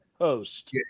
host